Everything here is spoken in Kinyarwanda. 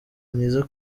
mwiza